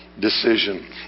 decision